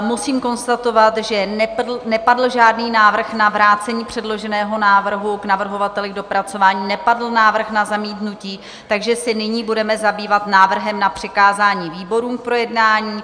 Musím konstatovat, že nepadl žádný návrh na vrácení předloženého návrhu k navrhovateli k dopracování, nepadl návrh na zamítnutí, takže se nyní budeme zabývat návrhem na přikázání výborům k projednání.